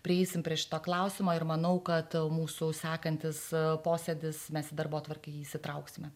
prieisim prie šito klausimo ir manau kad mūsų sekantis posėdis mes į darbotvarkę jį įsitrauksime